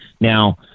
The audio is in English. Now